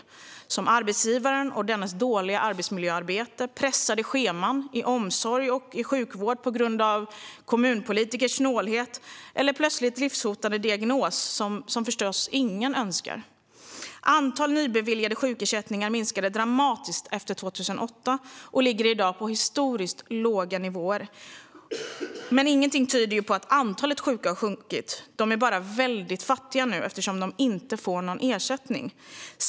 Det kan vara arbetsgivaren och dennes dåliga arbetsmiljöarbete, det kan vara pressade scheman i omsorg och sjukvård på grund av kommunpolitikers snålhet, och det kan vara en plötsligt livshotande diagnos som ingen förstås önskar. Antalet nybeviljade sjukersättningar minskade dramatiskt efter 2008 och ligger i dag på historiskt låga nivåer. Men ingenting tyder på att antalet sjuka har minskat. De är bara väldigt fattiga nu, eftersom de inte får någon ersättning.